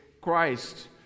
Christ